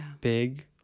big